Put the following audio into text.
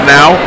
now